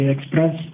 Express